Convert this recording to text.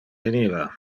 veniva